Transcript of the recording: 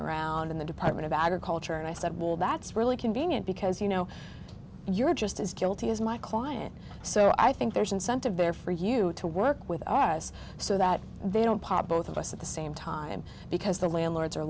around in the department of agriculture and i said well that's really convenient because you know you're just as guilty as my client so i think there's an incentive there for you to work with us so that they don't pop both of us at the same time because the landlords are